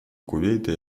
кувейта